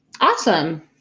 Awesome